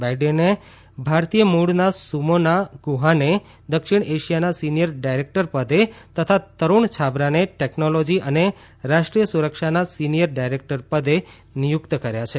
બાઇડેને ભારતીય મુળના સુમોના ગુહાને દક્ષિણ એશિયાના સીનીયર ડાયરેકટર પદે તથા તરુણ છાબરાને ટેકનોલોજી અને રાષ્ટ્રીય સુરક્ષાના સીનીયર ડાયરેકટર પદે નિયુકત કર્યા છે